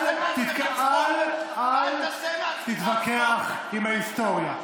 אל תעשה מעצמך צחוק, אל תתווכח עם ההיסטוריה.